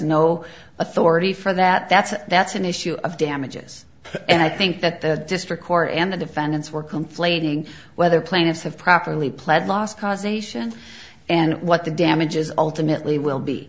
no authority for that that's that's an issue of damages and i think that the district court and the defendants were conflating whether plaintiffs have properly pled lost causation and what the damages ultimately will be